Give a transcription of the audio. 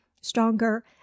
stronger